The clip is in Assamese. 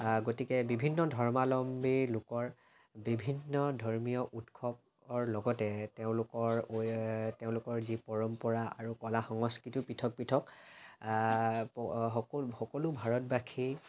গতিকে বিভিন্ন ধৰ্মাৱলম্বী লোকৰ বিভিন্ন ধৰ্মীয় উৎসৱৰ লগতে তেওঁলোকৰ তেওঁলোকৰ যি পৰম্পৰা আৰু কলা সংস্কৃতিও পৃথক পৃথক সকলো সকলো ভাৰতবাসী